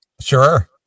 sure